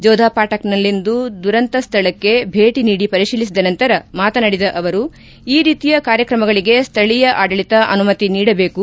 ಜೋದಾ ಪಾಠಕ್ನಲ್ಲಿಂದು ದುರಂತ ಸ್ವಳಕ್ಕೆ ಭೇಟ ನೀಡಿ ಪರಿಶೀಲಿಸಿದ ನಂತರ ಮಾತನಾಡಿದ ಅವರು ಈ ರೀತಿಯ ಕಾರ್ಯಕ್ರಮಗಳಿಗೆ ಸ್ವಳೀಯ ಆಡಳಿತ ಅನುಮತಿ ನೀಡಬೇಕು